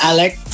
Alex